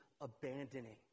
abandoning